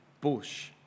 bush